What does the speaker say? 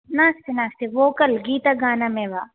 नास्ति नास्ति वोकल् गीतगानमेव